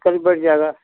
कभी बढ़ जाएगा